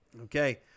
Okay